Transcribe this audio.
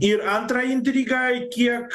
ir antra intriga kiek